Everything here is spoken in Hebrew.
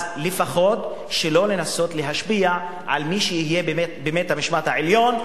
אז לפחות לא לנסות להשפיע על מי שיהיה בבית-המשפט העליון,